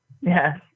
Yes